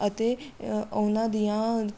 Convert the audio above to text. ਅਤੇ ਉਹਨਾਂ ਦੀਆਂ